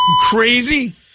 crazy